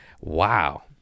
Wow